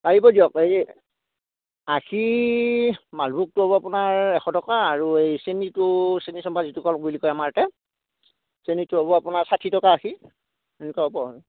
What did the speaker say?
পাৰিব দিয়ক এই আষি মালভোগটো হ'ব আপোনাৰ এশ টকা আৰু এই চেনিটো চেনিচম্পা যিটো কল বুলি কয় আমাৰ ইয়াতে চেনিটো হ'ব আপোনাৰ ষাঠি টকা আষি এনেকুৱা হ'ব আৰু